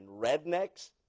rednecks